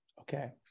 Okay